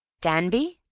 danby?